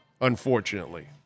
unfortunately